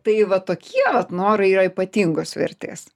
tai vat tokie vat norai yra ypatingos vertės